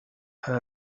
her